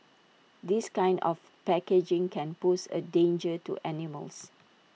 this kind of packaging can pose A danger to animals